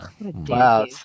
Wow